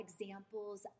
examples